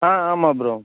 ஆ ஆமாம் ப்ரோ